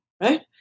right